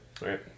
Right